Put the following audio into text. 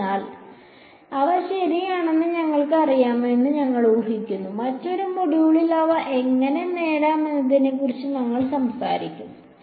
അതിനാൽ അവ ശരിയാണെന്ന് ഞങ്ങൾക്ക് അറിയാമെന്ന് ഞങ്ങൾ ഊഹിക്കുന്നു മറ്റൊരു മൊഡ്യൂളിൽ അവ എങ്ങനെ നേടാം എന്നതിനെക്കുറിച്ച് ഞങ്ങൾ സംസാരിക്കും